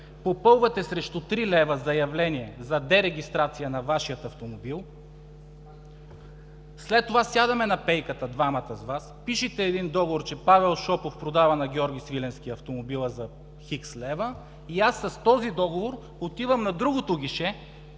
попълвате срещу три лева заявление за дерегистрация на Вашия автомобил, след това сядаме на пейката двамата с Вас, пишете един договор, че Павел Шопов продава на Георги Свиленски автомобил за „Х“ лева и аз с този договор отивам на другото гише,